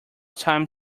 time